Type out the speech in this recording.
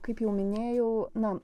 kaip jau minėjau na